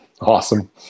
Awesome